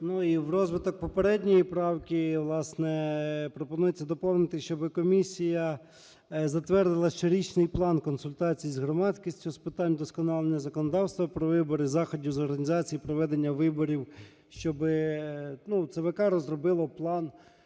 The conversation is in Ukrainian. в розвиток попередньої правки, власне, пропонується доповнити, щоби комісія затвердила щорічний план консультацій з громадськістю з питань вдосконалення законодавства про вибори, заходів з організації проведення виборів, щоби ЦВК розробило план